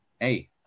hey